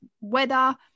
weather